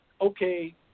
okay